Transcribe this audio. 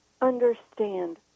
understand